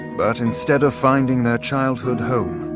but instead of finding their childhood home,